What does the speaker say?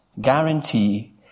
guarantee